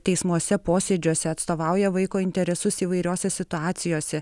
teismuose posėdžiuose atstovauja vaiko interesus įvairiose situacijose